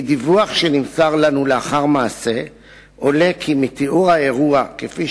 מדיווח שנמסר לנו לאחר מעשה עולה כי מתיאור האירוע כפי